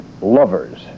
lovers